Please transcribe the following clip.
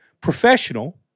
Professional